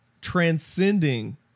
transcending